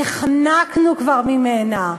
נחנקנו כבר ממנה.